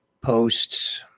posts